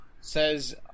says